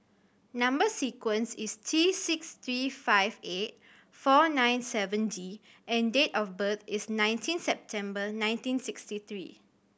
number sequence is T six three five eight four nine seven D and date of birth is nineteen September nineteen sixty three